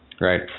Right